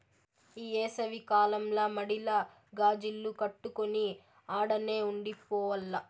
ఈ ఏసవి కాలంల మడిల గాజిల్లు కట్టుకొని ఆడనే ఉండి పోవాల్ల